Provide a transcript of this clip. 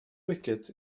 wicket